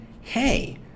hey